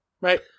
Right